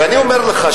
ואני אומר לך,